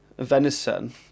Venison